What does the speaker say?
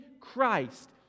Christ